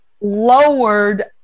lowered